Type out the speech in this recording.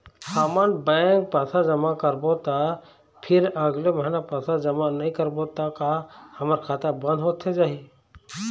हमन बैंक पैसा जमा करबो ता फिर अगले महीना पैसा जमा नई करबो ता का हमर खाता बंद होथे जाही?